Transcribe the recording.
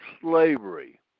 slavery